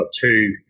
two